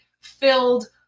filled